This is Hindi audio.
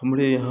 हमारे यहाँ